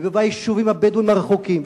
וביישובים הבדואיים הרחוקים,